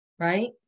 Right